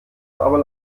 aber